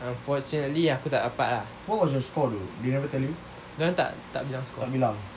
unfortunately aku tak dapat ah dorang tak bilang score